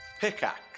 Pickaxe